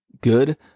good